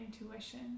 intuition